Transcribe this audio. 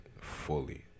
fully